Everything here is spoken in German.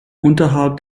unterhalb